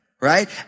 right